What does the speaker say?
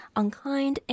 unkind